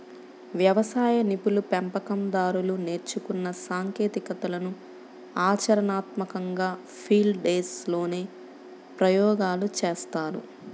వ్యవసాయ నిపుణులు, పెంపకం దారులు నేర్చుకున్న సాంకేతికతలను ఆచరణాత్మకంగా ఫీల్డ్ డేస్ లోనే ప్రయోగాలు చేస్తారు